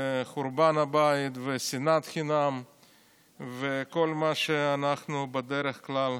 חורבן הבית ושנאת חינם וכל מה שאנחנו בדרך כלל